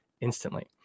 instantly